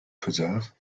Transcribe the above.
preserve